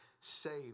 saved